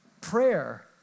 prayer